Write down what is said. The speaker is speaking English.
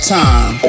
time